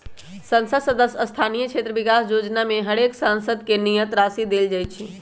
संसद सदस्य स्थानीय क्षेत्र विकास जोजना में हरेक सांसद के नियत राशि देल जाइ छइ